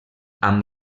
amb